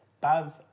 Babs